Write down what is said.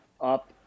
up